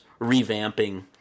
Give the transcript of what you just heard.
revamping